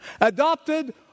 adopted